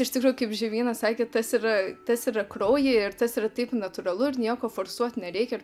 iš tikrųjų kaip žemyna sakė tas yra tas yra kraujy ir tas yra taip natūralu ir nieko forsuot nereikia ir